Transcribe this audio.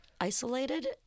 isolated